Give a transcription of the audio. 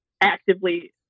actively